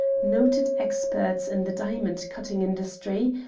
noted experts in the diamond-cutting industry,